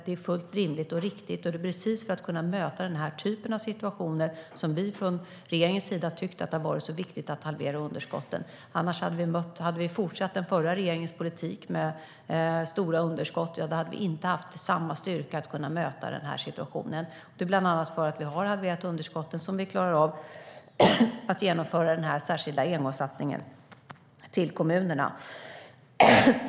Det är fullt rimligt och riktigt, och det är precis för att kunna möta den här typen av situationer som vi från regeringens sida har tyckt att det har varit så viktigt att halvera underskotten. Hade vi fortsatt den förra regeringens politik med stora underskott hade vi inte haft samma styrka att kunna möta den här situationen. Det är bland annat för att vi har halverat underskotten som vi klarar av att genomföra den särskilda engångssatsningen till kommunerna.